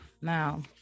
Now